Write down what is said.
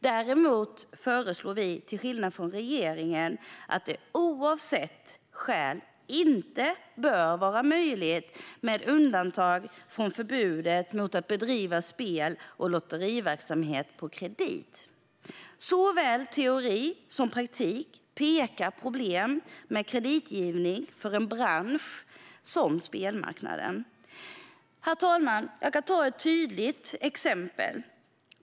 Däremot föreslår vi, till skillnad från regeringen, att det oavsett skäl inte ska vara möjligt med undantag från förbudet mot att bedriva spel och lotteriverksamhet på kredit. Såväl teori som praktik pekar på problem med kreditgivning för en bransch som spelmarknaden. Herr talman! Jag kan ta ett tydligt exempel.